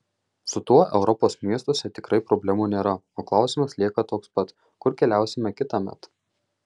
su tuo europos miestuose tikrai problemų nėra o klausimas lieka toks pats kur keliausime kitąmet